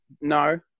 no